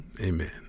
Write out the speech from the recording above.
Amen